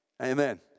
Amen